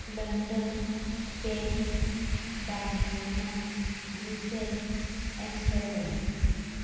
London Paris Barcelona Brussels Amsterdam